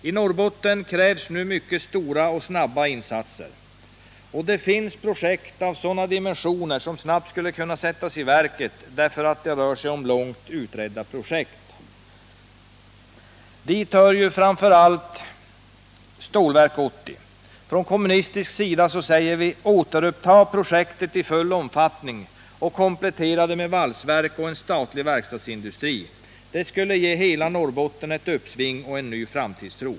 I Norrbotten krävs nu mycket stora och snabba insatser. Och det finns projekt av stora dimensioner som snabbt skulle kunna sättas i verket därför att det rör sig om långt utredda projekt. Dit hör framför allt Stålverk 80. Från kommunistisk sida säger vi: Återuppta projektet i full omfattning och komplettera det med valsverk och en statlig verkstadsindustri. Det skulle ge hela Norrbotten ett uppsving och en ny framtidstro.